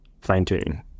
fine-tuning